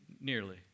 nearly